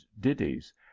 ditties